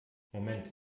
moment